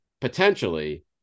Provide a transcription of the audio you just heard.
potentially